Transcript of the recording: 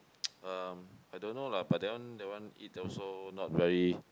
um I don't know lah but that one that one eat also not very